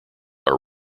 are